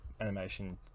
animation